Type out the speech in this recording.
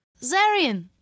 Zarian